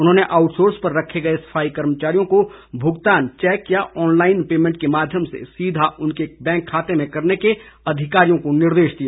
उन्होंने outsource पर रखे गए सफाई कर्मचारियों को भुगतान चैक या ऑनलाईन पैमेंट के माध्यम से सीधा उनके बैंक खाते में करने के अधिकारियों को निर्देश दिए